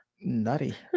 Nutty